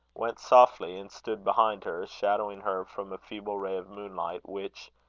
went softly, and stood behind her, shadowing her from a feeble ray of moonlight which,